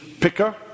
picker